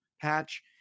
patch